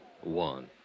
One